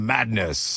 Madness